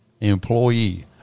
employee